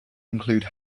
include